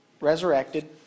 resurrected